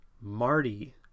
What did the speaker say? Marty